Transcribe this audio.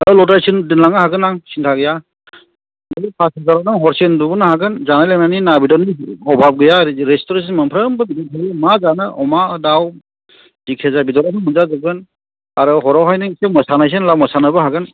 लद्रायसिम दोनलांनो हागोन आं सिन्था गैया फास हाजाराव नों हरसे उन्दुबोनो हागोन जानाय लोंनायनि ना बेदरनि अभाब गैया आरो रेस्तुरेन्टसिम मोनफ्रोमबो मा जानो अमा दाउ जिखिजाया बेदरानो मोनजा जोबगोन आरो हरावहाय नों एसे मोसानोसै होनब्ला मोसानोबो हागोन